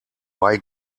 bei